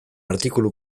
artikulu